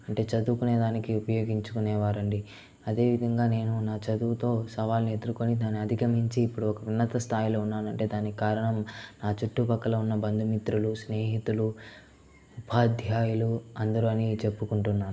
అంటే చదువుకొనే దానికి ఉపయోగించుకొనే వారండి అదేవిధంగా నేను నా చదువుతో సవాళ్లు ఎదుర్కొని దాన్ని అధిగమించి ఇప్పుడొక ఉన్నత స్థాయిలో ఉన్నానంటే దానికి కారణం నా చుట్టుపక్కల ఉన్న బంధుమిత్రులు స్నేహితులు ఉపాధ్యాయులు అందరూ అని చెప్పుకుంటున్నాను